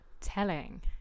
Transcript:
telling